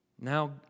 Now